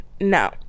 no